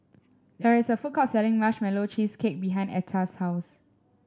there is a food court selling Marshmallow Cheesecake behind Etta's house